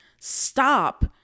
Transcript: stop